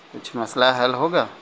کچھ مسئلہ حل ہوگا